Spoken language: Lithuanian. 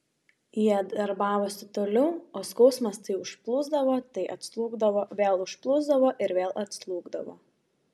jie darbavosi toliau o skausmas tai užplūsdavo tai atslūgdavo vėl užplūsdavo ir vėl atslūgdavo